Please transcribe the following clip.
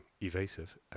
evasive